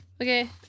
Okay